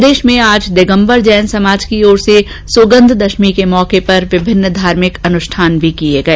प्रदेश में आज दिगम्बर जैन समाज की ओर से सुगंधदशमी के मौके पर विभिन्न धार्मिक अनुष्ठान किए गए